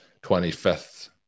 25th